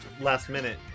last-minute